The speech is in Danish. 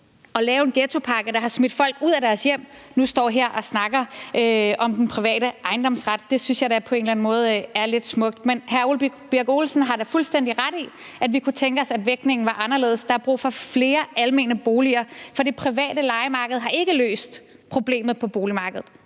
at lave en ghettopakke, der har smidt folk ud af deres hjem, nu står her og snakker om den private ejendomsret – det synes jeg da på en eller anden måde er lidt smukt. Men hr. Ole Birk Olesen har da fuldstændig ret i, at vi kunne tænke os, at vægtningen var anderledes. Der er brug for flere almene boliger, for det private lejemarked har ikke løst problemet på boligmarkedet;